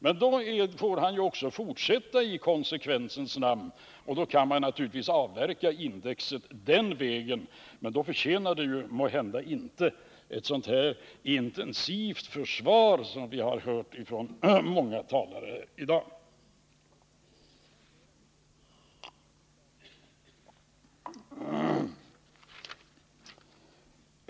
Men då får han i konsekvensens namn också fortsätta, och då kan vi naturligtvis den vägen avverka indexet. Men då förtjänar det måhända inte ett så intensivt försvar som vi i dag har hört från många talare.